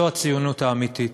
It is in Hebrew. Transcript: זו הציונות האמיתית.